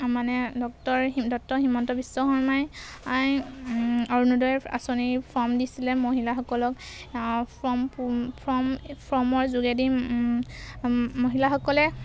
মানে doctor doctor Himanta Biswa শৰ্মাই অৰুণোদয় আঁচনিৰ ফৰ্ম দিছিলে মহিলাসকলক ফ্ৰম ফ্ৰম ফৰ্মৰ যোগেদি মহিলাসকলে